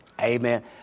Amen